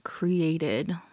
Created